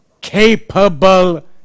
capable